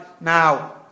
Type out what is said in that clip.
Now